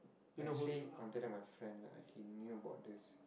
actually contact with my friend lah he knew about this